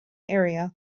area